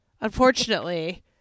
Unfortunately